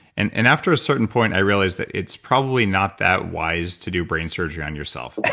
and and after a certain point, i realized that it's probably not that wise to do brain surgery on yourself.